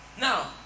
Now